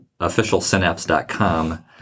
officialsynapse.com